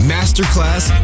Masterclass